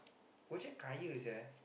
Go-Jek kaya sia